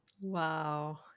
Wow